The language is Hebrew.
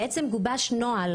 גובש נוהל